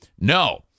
No